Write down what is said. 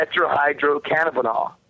tetrahydrocannabinol